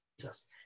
Jesus